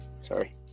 sorry